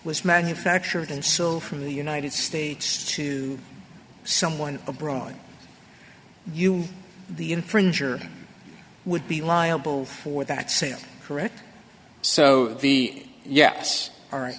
was manufactured and sold from the united states to someone abroad you the infringer would be liable for that sale correct so the yeah it's all right